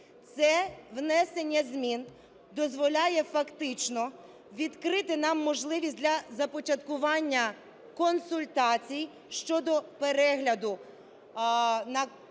Це внесення змін дозволяє фактично відкрити нам можливість для започаткування консультацій щодо перегляду на нашу